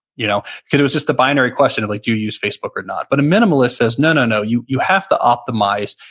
you know cause it was just a binary question like you use facebook or not? but a minimalist says, no, no, no. you you have to optimize.